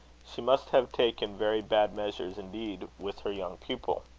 she must have taken very bad measures indeed with her young pupil.